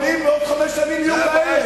היורדים בעוד חמש שנים יהיו כאלה.